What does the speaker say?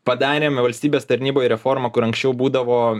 padarėm valstybės tarnyboj reformą kur anksčiau būdavo